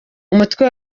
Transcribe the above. umutwe